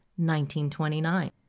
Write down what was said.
1929